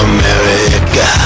America